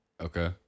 Okay